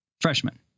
freshman